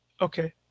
Okay